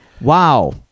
Wow